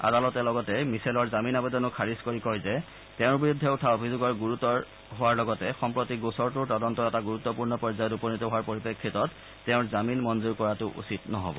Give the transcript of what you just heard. আদালতে লগতে মিছেলৰ জামিন আৱেদনো খাৰিজ কৰি কয় যে তেওঁৰ বিৰুদ্ধে উঠা অভিযোগৰ গুৰুতৰ হোৱাৰ লগতে সম্প্ৰতি গোচটোৰ তদন্ত এটা গুৰুত্বপূৰ্ণ পৰ্যায়ত উপনীত হোৱাৰ পৰিপ্ৰেক্ষিতত তেওঁৰ জামিন মঞ্জুৰ কৰাটো উচিত নহ'ব